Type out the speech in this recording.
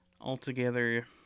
altogether